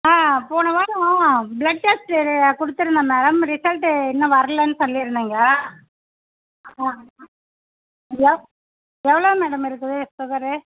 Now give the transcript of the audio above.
ஆ போன வாரம் blood test எடு கொடுத்துருந்தேன் மேடம் ரிசல்ட்டு இன்னும் வரலைன் சொல்லியிருந்தீங்க எவ் எவ்வளோ மேடம் இருக்குது சுகரு